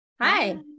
Hi